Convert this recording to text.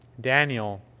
Daniel